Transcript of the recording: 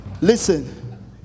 Listen